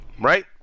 right